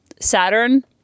Saturn